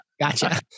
Gotcha